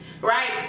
right